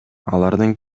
алардын